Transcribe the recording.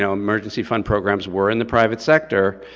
emergency fund programs were in the private sector,